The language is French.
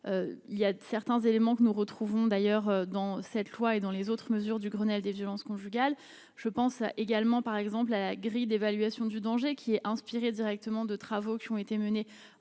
il y a certains éléments que nous retrouvons d'ailleurs dans cette loi et dans les autres mesures du Grenelle des violences conjugales, je pense également, par exemple, la grille d'évaluation du danger qui est inspiré directement de travaux qui ont été menées